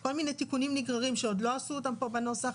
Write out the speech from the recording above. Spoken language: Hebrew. כל מיני תיקונים נגררים שעוד לא עשו פה בנוסח.